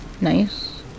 nice